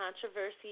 controversy